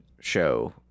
show